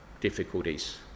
difficulties